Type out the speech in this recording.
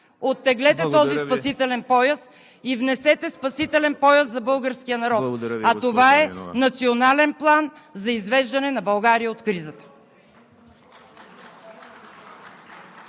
Оттеглете този спасителен пояс и внесете спасителен пояс за българския народ. Това е национален план за извеждане на България от кризата.